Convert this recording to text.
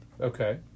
Okay